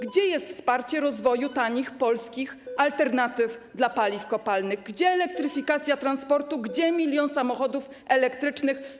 Gdzie jest wsparcie rozwoju tanich polskich opcji alternatywnych dla paliw kopalnych, gdzie elektryfikacja transportu, gdzie milion samochodów elektrycznych?